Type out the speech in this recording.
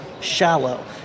shallow